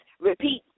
repeat